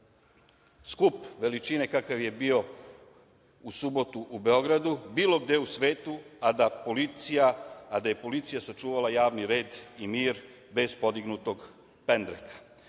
skup veličine kakav je bio u subotu u Beogradu, bilo gde u svetu, a da je policija sačuvala javni red i mir bez podignutog pendreka.